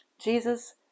Jesus